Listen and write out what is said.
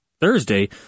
Thursday